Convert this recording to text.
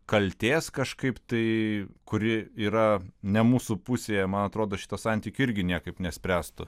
kaltės kažkaip tai kuri yra ne mūsų pusėje man atrodo šito santykio irgi niekaip nespręstų